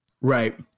right